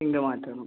ഇല്ല മാറ്റണം